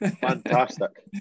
Fantastic